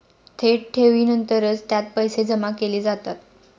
थेट ठेवीनंतरच त्यात पैसे जमा केले जातात